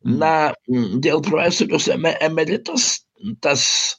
na dėl profesorius eme emeritus tas